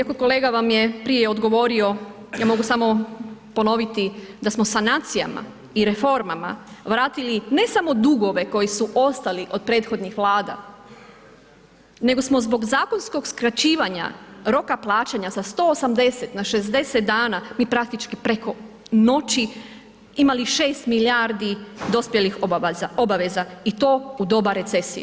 Eto kolega vam je prije odgovorio, ja mogu samo ponoviti da smo sanacijama i reformama vratili ne samo dugove koji su ostali od prethodnih Vlada, nego smo zbog zakonskog skraćivanja roka plaćanja sa 180 na 60 mi praktički preko noći imali 6 milijardi dospjelih obaveza i to u doba recesije.